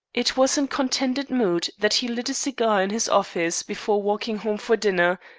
it was in contented mood that he lit a cigar in his office, before walking home for dinner,